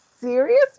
serious